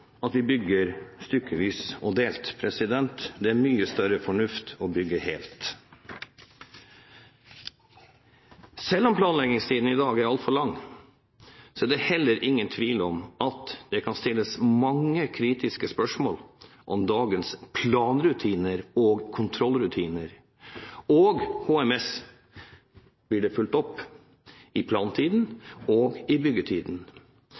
at vi bygger stykkevis og delt. Det er mye større fornuft i å bygge helt. Selv om planleggingstiden i dag er altfor lang, er det heller ingen tvil om at det kan stilles mange kritiske spørsmål ved dagens planrutiner, kontrollrutiner og HMS: Blir det fulgt opp i plantiden og i byggetiden?